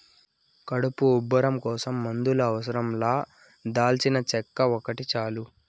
కడుపు ఉబ్బరం కోసం మందుల అవసరం లా దాల్చినచెక్క ఒకటి చాలు